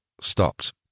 stopped